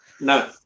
no